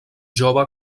jove